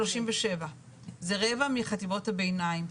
37. זה רבע מחטיבות הביניים.